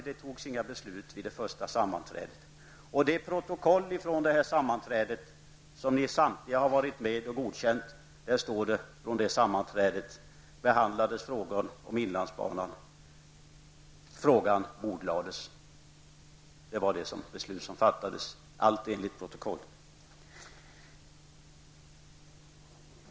Det fattades inga beslut vid det första sammanträdet och i det protokoll från sammanträdet som ni samtliga har varit med och godkänt, står det från nämnda sammanträde att frågan om inlandsbanan behandlades och bordlades. Så löd det beslut som fattades, allt enligt protokollet.